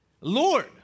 Lord